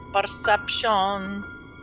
Perception